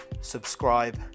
subscribe